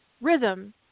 rhythm